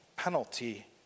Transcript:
penalty